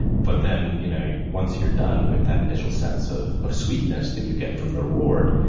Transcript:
but then you know once you are done with that initial sense of of sweetness that you get from the reward,